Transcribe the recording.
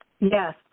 Yes